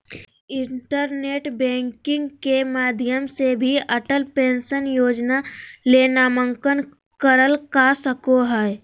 internet banking के माध्यम से भी अटल पेंशन योजना ले नामंकन करल का सको हय